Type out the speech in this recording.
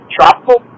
Tropical